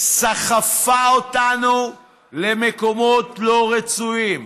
סחפה אותנו למקומות לא רצויים.